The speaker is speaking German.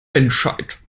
menschheit